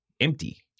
empty